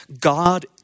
God